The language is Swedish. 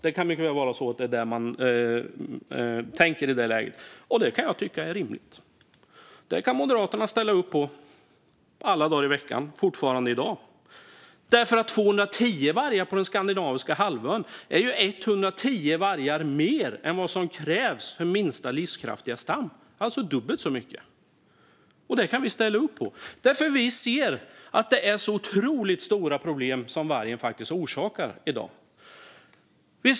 Det kan mycket väl vara så man tänkte i det läget. Det kan jag tycka är rimligt. Det kan Moderaterna fortfarande ställa upp på alla dagar i veckan. 210 vargar på den skandinaviska halvön är nämligen 110 vargar mer än vad som krävs för minsta livskraftiga stam, alltså dubbelt så mycket. Det kan vi ställa upp på, för vi ser att det är så otroligt stora problem som vargen faktiskt orsakar i dag.